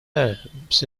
holmes